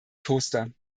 toaster